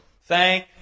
Thank